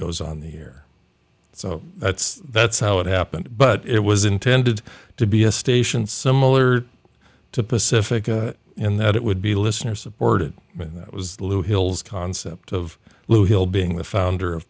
goes on the air so that's how it happened but it was intended to be a station similar to pacifica in that it would be listener supported that was blue hills concept of blue hill being the founder of